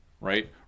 Right